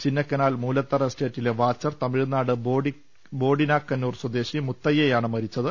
ചിന്നക്കനാൽ മൂലത്തറ എസ്റ്റേറ്റിലെ വാച്ചർ തമിഴ്നാട് ബോഡിനാക്കന്നൂർ സ്വദേശി മുത്തയ്യാണ് മരിച്ചത്